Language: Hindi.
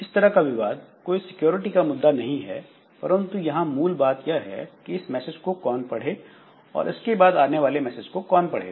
इस तरह का विवाद कोई सिक्योरिटी का मुद्दा नहीं है परंतु यहां मूल बात यह है कि इस मैसेज को कौन पढ़े और इसके बाद आने वाले मैसेज को कौन पढ़ेगा